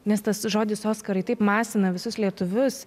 nes tas žodis oskarai taip masina visus lietuvius